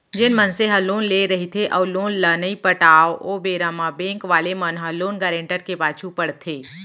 जेन मनसे ह लोन लेय रहिथे अउ लोन ल नइ पटाव ओ बेरा म बेंक वाले मन ह लोन गारेंटर के पाछू पड़थे